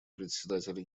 председателя